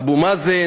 אבו מאזן,